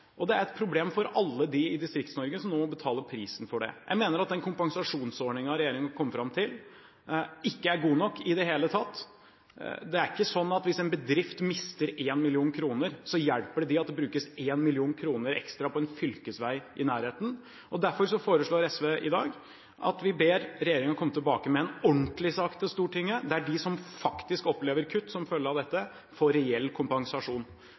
og det er et problem for alle de i Distrikts-Norge som må betale prisen for det. Jeg mener at den kompensasjonsordningen regjeringen kom fram til, ikke er god nok i det hele tatt. Det er ikke sånn at hvis en bedrift mister 1 mill. kr, så hjelper det den at det brukes 1 mill. kr ekstra på en fylkesvei i nærheten. Derfor foreslår SV i dag at vi ber regjeringen komme tilbake med en ordentlig sak til Stortinget, der de som faktisk opplever kutt som følge av dette, får reell kompensasjon.